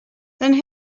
then